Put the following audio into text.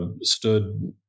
stood